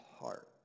heart